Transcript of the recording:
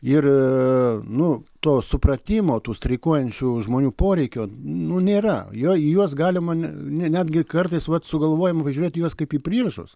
ir nu to supratimo tų streikuojančių žmonių poreikio nu nėra jo į juos galima netgi kartais vat sugalvojom važiuoti į juos kaip į priešus